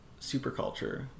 superculture